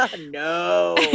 No